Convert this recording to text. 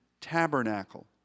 tabernacle